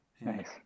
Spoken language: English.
Nice